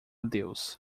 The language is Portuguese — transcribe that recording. deus